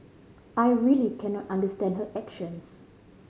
I really cannot understand her actions